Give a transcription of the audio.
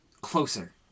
closer